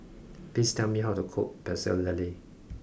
please tell me how to cook pecel lele